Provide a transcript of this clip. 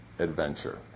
adventure